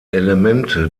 elemente